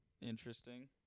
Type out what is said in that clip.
interesting